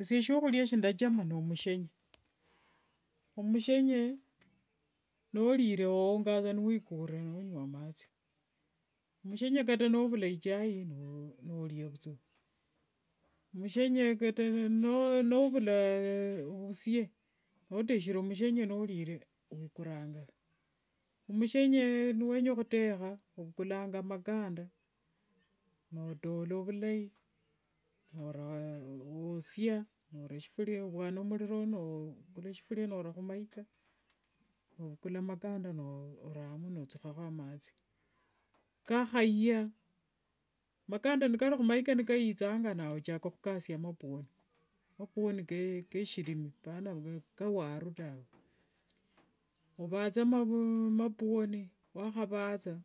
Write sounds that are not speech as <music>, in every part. Eshie shiakhulia shindathama nimushene. Omushene nolire owongangasa niwikure, nonywa mathi. Mushene ata nouma ichai nolia vuthua. Mushene ata novula vusie, noteshere omushene nolire wikurangasa. Mushene niwenya khutekha, ovukulanga makanda, notola vulai, nora <hesitation> wosia nora shifuria nowafia muliro, ovukula makanda norakho nothukhakho amathi. Kakhaya, makanda nikali khumaika nikayithanga nawe, wosia mapwoni. Mapwoni keshilimi, apana kawaru tawe. Ovathe ma <hesitation> mapwoni, wakhavatha wakhavatha,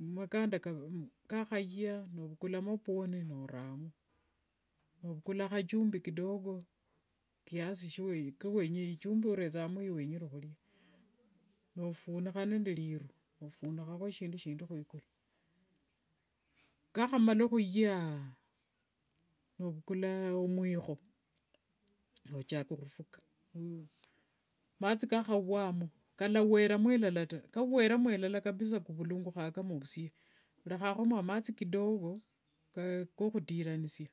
makanda nikakhaya, ovukula mapwoni noramo. Novukula khavhumbj kidogo, kiasi <unintelligible> ichumbi orethangamo yowenyere khulia. Nofunikha nende liru, ofunikhakho shindu shindi akulu. Kakhamala khuyaa, novukula omwikho nochaka khufuka. Mathi kakhawamo, kalawereramo lala ta, kawereramo lala kavulungukhanga kama ovusie. Thukhakhomo mathi kidogo kokhutiranishia.